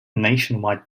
nationwide